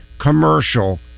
commercial